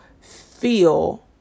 feel